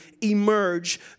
emerge